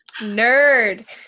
Nerd